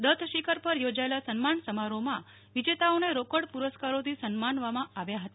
દતશિખર પર યોજાયેલા સન્માન સમારોહમાં વિજેતાઓને રોકડ પુરસ્કારોથી સન્માનવામાં આવ્યા હતા